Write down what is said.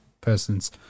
person's